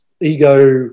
ego